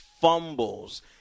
fumbles